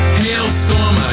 hailstorm